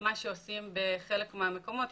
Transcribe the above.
מה שעושים בחלק מהמקומות,